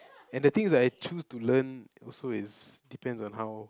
and the things that I choose to learn also is depends on how